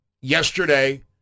Yesterday